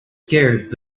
scared